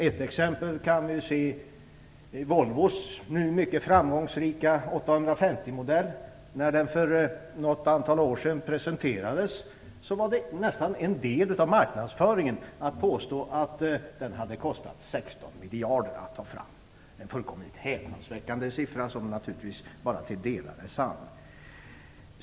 Ett exempel har vi i Volvos nu mycket framgångsrika 850-modell. När den för ett antal år sedan presenterades var det nästan en del av marknadsföringen att påstå att den hade kostat 16 miljarder att ta fram. Det är en fullkomligt häpnadsväckande siffra, som naturligtvis bara till en del är sann.